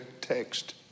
text